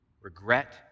regret